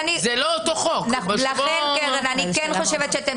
אני כן חושבת שאתם צריכים לשבת ביחד בזמן הניסוח.